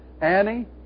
Annie